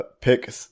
pick